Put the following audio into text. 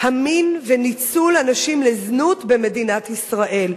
המין וניצול הנשים לזנות במדינת ישראל.